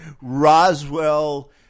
Roswell